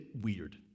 weird